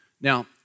Now